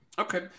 Okay